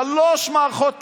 שלוש מערכות בחירות.